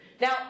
Now